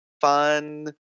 fun